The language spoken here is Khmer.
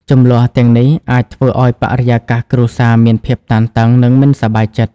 ជម្លោះទាំងនេះអាចធ្វើឲ្យបរិយាកាសគ្រួសារមានភាពតានតឹង និងមិនសប្បាយចិត្ត។